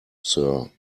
sir